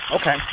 Okay